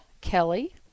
Kelly